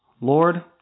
Lord